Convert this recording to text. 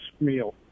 meal